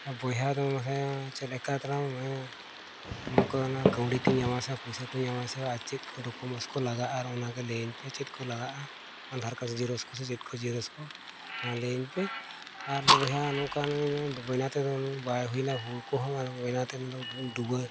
ᱵᱚᱭᱦᱟ ᱫᱚ ᱢᱟᱥᱮ ᱪᱮᱫ ᱞᱮᱠᱟ ᱛᱮᱞᱟᱝ ᱱᱚᱣᱟ ᱠᱚ ᱠᱟᱹᱣᱰᱤ ᱠᱚᱧ ᱧᱟᱢᱟ ᱥᱮ ᱯᱩᱭᱥᱟᱹ ᱠᱚᱧ ᱧᱟᱢᱟ ᱥᱮ ᱟᱨ ᱪᱮᱫ ᱠᱚ ᱰᱚᱠᱳᱢᱮᱱᱴᱥ ᱠᱚ ᱞᱟᱜᱟᱜᱼᱟ ᱟᱨ ᱚᱱᱟᱜᱮ ᱞᱟᱹᱭᱟᱹᱧ ᱯᱮ ᱪᱮᱫ ᱠᱚ ᱞᱟᱜᱟᱜᱼᱟ ᱟᱫᱷᱟᱨ ᱠᱟᱨᱰ ᱡᱮᱨᱚᱠᱥ ᱠᱚᱥᱮ ᱪᱮᱫ ᱠᱚ ᱡᱮᱨᱚᱠᱥ ᱠᱚ ᱚᱱᱟ ᱞᱟᱹᱭᱟᱹᱧ ᱯᱮ ᱟᱨ ᱵᱚᱭᱦᱟ ᱱᱚᱝᱠᱟ ᱵᱚᱱᱱᱟ ᱛᱮᱫᱚ ᱵᱟᱭ ᱦᱩᱭᱱᱟ ᱦᱩᱲᱩ ᱠᱚᱦᱚᱸ ᱟᱨ ᱵᱚᱱᱱᱟ ᱛᱮᱫᱚ ᱰᱩᱵᱟᱹ